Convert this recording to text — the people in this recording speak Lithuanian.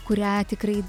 kurią tikrai